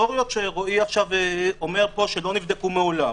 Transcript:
התיאוריות שרועי אומר פה שלא נבדקו מעולם